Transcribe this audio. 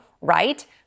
right